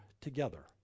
together